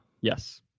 Yes